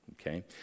Okay